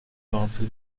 council